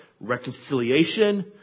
Reconciliation